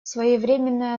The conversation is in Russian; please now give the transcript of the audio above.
своевременная